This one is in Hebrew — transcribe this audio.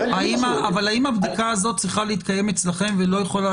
האם הבדיקה הזאת צריכה להתקיים אצלכם ולא יכולה